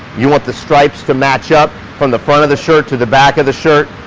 you want the stripes to match up from the front of the shirt to the back of the shirt.